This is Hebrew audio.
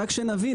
רק שנבין.